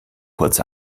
kurz